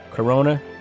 Corona